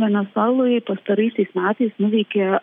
venesuelai pastaraisiais metais nuveikė